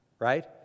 right